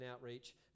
Outreach